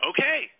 Okay